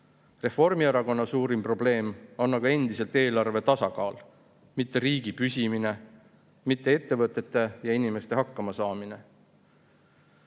Reformierakonna suurim probleem on aga endiselt eelarve tasakaal, mitte riigi püsimine, mitte ettevõtete ja inimeste hakkamasaamine. Seda